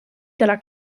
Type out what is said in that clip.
della